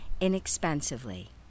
inexpensively